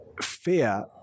fear